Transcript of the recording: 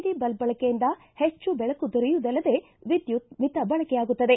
D ಬಲ್ಟ್ ಬಳಕೆಯಿಂದ ಹೆಚ್ಚು ಬೆಳಕು ದೊರೆಯುವುದಲ್ಲದೆ ವಿದ್ಯುತ್ ಮಿತ ಬಳಕೆಯಾಗುತ್ತದೆ